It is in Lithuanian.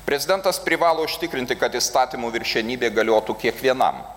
prezidentas privalo užtikrinti kad įstatymų viršenybė galiotų kiekvienam